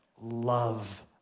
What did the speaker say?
love